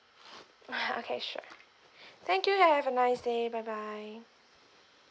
okay sure thank you and have a nice day bye bye